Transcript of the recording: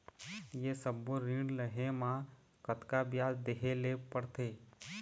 ये सब्बो ऋण लहे मा कतका ब्याज देहें ले पड़ते?